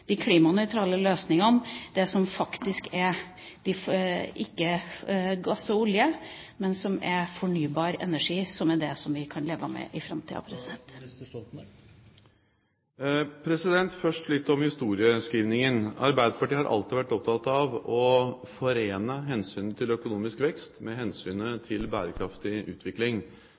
gass og olje, men som er fornybar energi, som er det som vi kan leve med i framtida? Først litt om historieskrivningen. Arbeiderpartiet har alltid vært opptatt av å forene hensynet til økonomisk vekst med hensynet til bærekraftig utvikling.